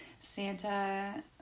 Santa